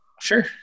sure